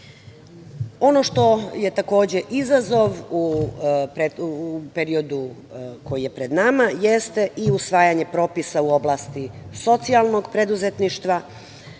što je takođe izazov u periodu koji je pred nama jeste i usvajanje propisa u oblasti socijalnog preduzetništva.